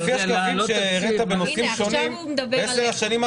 להעלות את המיסים --- לפי השקפים שהראית בנושאים שונים,